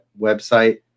website